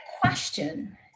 question